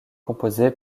composée